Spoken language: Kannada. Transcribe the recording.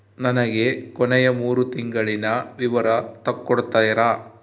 ನನಗ ಕೊನೆಯ ಮೂರು ತಿಂಗಳಿನ ವಿವರ ತಕ್ಕೊಡ್ತೇರಾ?